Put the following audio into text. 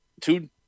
two